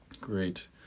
Great